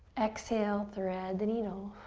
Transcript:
exhale, thread the needle.